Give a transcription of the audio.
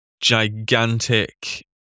gigantic